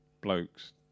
blokes